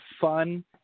fun